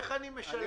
איך אני משלב אותה?